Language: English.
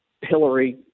Hillary